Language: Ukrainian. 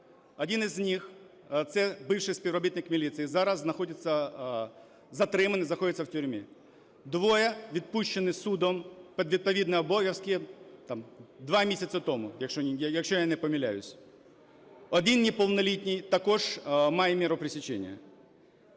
Один із них, це бувший співробітник міліції, зараз знаходиться… затриманий, знаходиться в тюрмі. Двоє відпущені судом під відповідні обов'язки 2 місяці тому, якщо я не помиляюсь. Один неповнолітній також має міру пресечения.